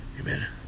Amen